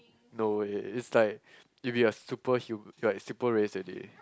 no way it's like if you are super hu~ you are super race already